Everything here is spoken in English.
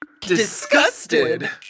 Disgusted